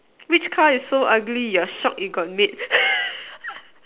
which car is so ugly you're shocked it got made